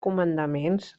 comandaments